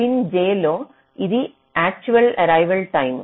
pin j లో ఇది actual arrival time